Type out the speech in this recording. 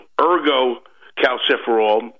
ergo-calciferol